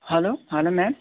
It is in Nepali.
hello hello ma'am